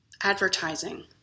Advertising